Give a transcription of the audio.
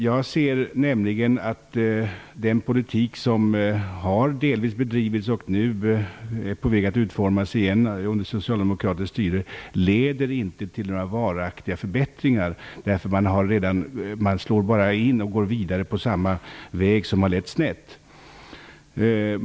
Jag ser nämligen att den politik som delvis har bedrivits och nu är på väg att utformas under socialdemokraterna inte leder till några varaktiga förbättringar. Man går bara vidare på samma väg som har lett snett.